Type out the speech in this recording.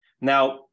Now